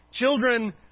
Children